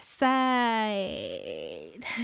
side